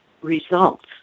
results